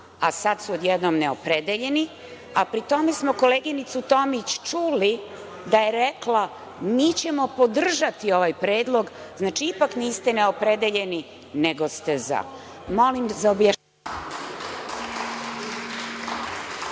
a sada su odjednom neopredeljeni, a pri tome smo koleginicu Tomić čuli da je rekla – mi ćemo podržati ovaj predlog. Znači, ipak niste neopredeljeni nego ste – za.